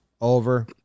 over